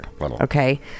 okay